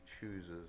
chooses